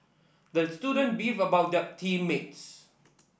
the student beefed about the team mates